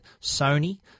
Sony